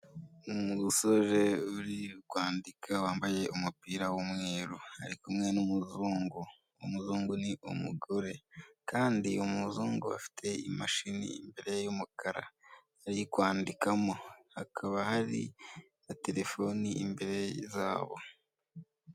Umusore uri kwandika wambaye umupira w'umweru, ari kumwe n'umuzungu, uwo muzungu ni umugore kandi umuzungu afite imashini imbere y'umukara ari kwandikamo, hakaba hari na telefoni imbere zawo.